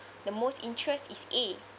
the most interest is A